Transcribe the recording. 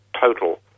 total